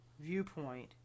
viewpoint